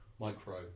micro